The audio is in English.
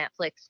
Netflix